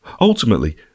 Ultimately